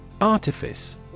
Artifice